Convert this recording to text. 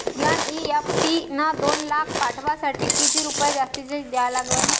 NEFT न दोन लाख पाठवासाठी किती रुपये जास्तचे द्या लागन?